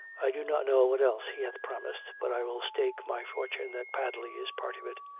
i do not know what else he hath promised, but i will stake my fortune that padley is part of it.